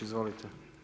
Izvolite.